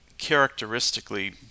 characteristically